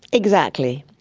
exactly.